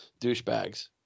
douchebags